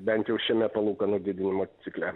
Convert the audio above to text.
bent jau šiame palūkanų didinimo cikle